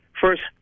first